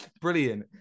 brilliant